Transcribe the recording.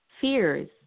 fears